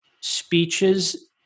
speeches